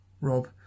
Rob